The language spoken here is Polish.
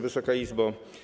Wysoka Izbo!